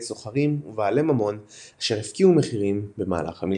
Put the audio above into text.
סוחרים ובעלי ממון אשר הפקיעו מחירים במהלך המלחמה.